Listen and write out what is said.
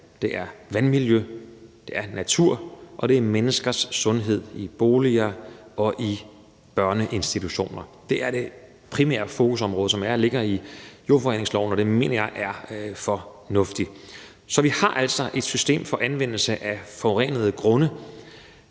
det er vandmiljøet, det er naturen, og det er menneskers sundhed i boliger og i børneinstitutioner. Det er det primære fokusområde, som ligger i jordforureningsloven, og det mener jeg er fornuftigt. Så vi har altså et system for anvendelse af forurenede grunde,